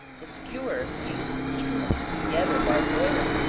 the skewer used in keeping the meat together while boiling,